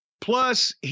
Plus